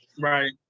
Right